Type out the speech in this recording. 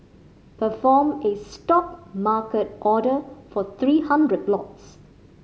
perform a stop market order for three hundred lots